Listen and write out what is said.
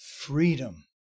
freedom